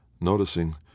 noticing